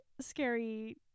scary